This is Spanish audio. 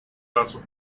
lazos